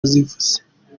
zivuze